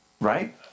Right